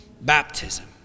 baptism